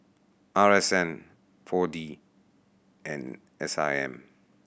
R S N Four D and S I M